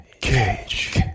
Cage